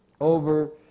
over